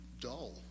dull